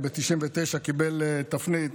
וב-1997 קיבל תפנית.